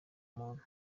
muntu